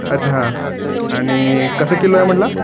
अच्छा हा आणि कसं किलो आहे म्हणाला